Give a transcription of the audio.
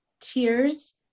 tears